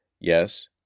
Yes